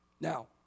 Now